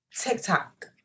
TikTok